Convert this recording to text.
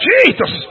Jesus